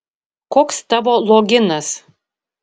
koks tavo loginas